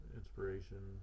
inspiration